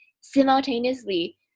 simultaneously